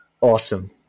Awesome